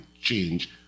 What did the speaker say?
change